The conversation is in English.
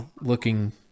looking